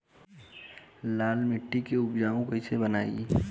लाल मिट्टी के उपजाऊ कैसे बनाई?